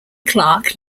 clark